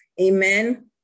amen